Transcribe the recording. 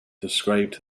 described